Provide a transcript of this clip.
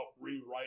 rewriting